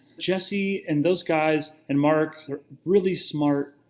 jesse and those guys, and mark, they're really smart.